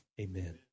Amen